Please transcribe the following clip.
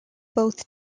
both